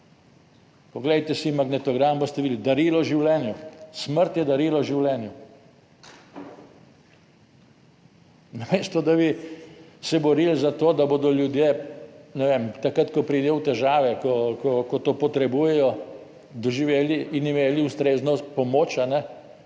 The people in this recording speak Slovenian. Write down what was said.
Poglejte si magnetogram, boste videli: Darilo življenju. Smrt je darilo življenju! Namesto, da bi se borili za to, da bodo ljudje, ne vem, takrat, ko pridejo v težave, ko to potrebujejo doživeli in imeli ustrezno pomoč